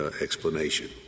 explanation